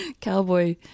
cowboy